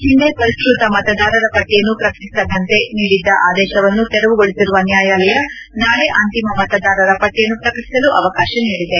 ಹಿಂದೆ ಪರಿಷ್ಟ ತ ಮತದಾರರ ಪಟ್ಟಿಯನ್ನು ಪ್ರಕಟಿಸದಂತೆ ನೀಡಿದ್ದ ಆದೇಶವನ್ನು ತೆರವುಗೊಳಿಸಿರುವ ನ್ಯಾಯಾಲಯ ನಾಳೆ ಅಂತಿಮ ಮತದಾರರ ಪಟ್ಟಿಯನ್ನು ಪ್ರಕಟಿಸಲು ಅವಕಾಶ ನೀಡಿದೆ